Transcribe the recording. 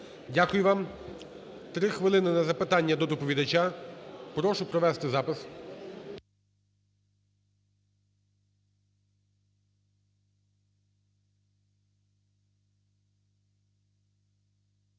Дякую вам. 3 хвилини на запитання до доповідача. Прошу провести запис.